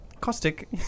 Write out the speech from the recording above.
Caustic